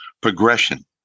progression